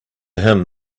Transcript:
him